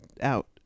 out